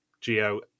Geo